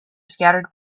scattered